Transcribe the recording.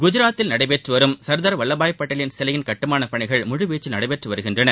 குஜராத்தில் நடைபெற்று வரும் சர்தார் வல்லபாய் பட்டேல் சிலையின் கட்டுமானப் பணிகள் முழுவீச்சில் நடைபெற்று வருகிறது